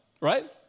right